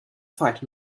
fight